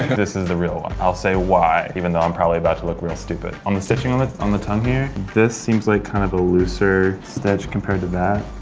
this is the real one. i'll say why, even though i'm probably about to look real stupid. on the stitching on on the tongue here, this seems like kind of a looser stitch compared to that.